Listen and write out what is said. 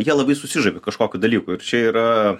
jie labai susižavi kažkokiu dalyku ir čia yra